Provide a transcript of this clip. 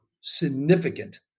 significant